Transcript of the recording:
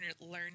learning